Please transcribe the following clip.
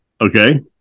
okay